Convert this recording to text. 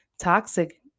Toxic